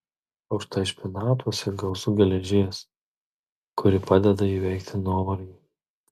o štai špinatuose gausu geležies kuri padeda įveikti nuovargį